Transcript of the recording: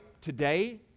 today